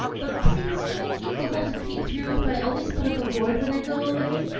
but, please, could i keep the hole to peep through, if i always put up a board when i go away?